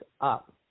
up